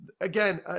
again